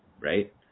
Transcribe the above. right